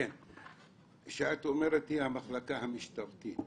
כשאת אומרת "היא המחלקה המשטרתית",